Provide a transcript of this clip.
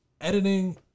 editing